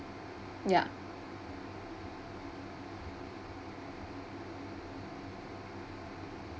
ya